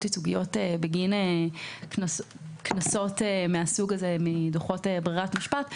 ייצוגיות בגין קנסות מדוחות בררת משפט.